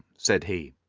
said he,